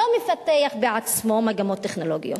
לא מפתח בעצמו מגמות טכנולוגיות.